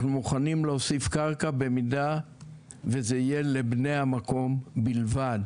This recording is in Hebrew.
אנחנו מוכנים להוסיף קרקע במידה שזה יהיה לבני המקום בלבד.